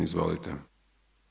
Izvolite.